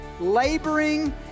laboring